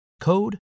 code